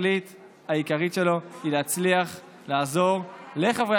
התכלית העיקרית שלו היא להצליח לעזור לחברי